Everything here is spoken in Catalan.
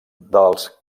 dels